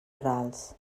rals